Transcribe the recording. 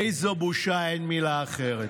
איזו בושה, אין מילה אחרת.